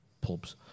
pubs